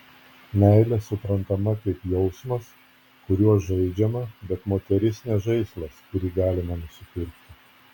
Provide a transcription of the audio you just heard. meilė suprantama kaip jausmas kuriuo žaidžiama bet moteris ne žaislas kurį galima nusipirkti